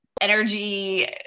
energy